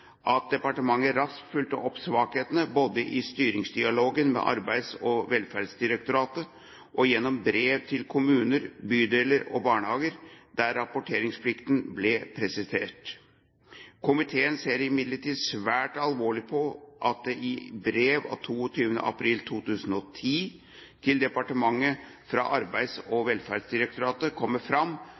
at departementet raskt fulgte opp svakhetene både i styringsdialogen med Arbeids- og velferdsdirektoratet og gjennom brev til kommuner, bydeler og barnehager der rapporteringsplikten ble presisert. Komiteen ser imidlertid svært alvorlig på at det i brev av 22. april 2010 til departementet fra Arbeids- og velferdsdirektoratet kommer fram